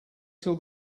till